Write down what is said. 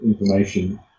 information